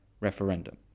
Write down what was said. referendum